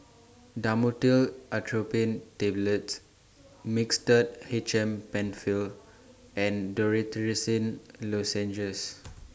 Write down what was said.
Dhamotil Atropine Tablets Mixtard H M PenFill and Dorithricin Lozenges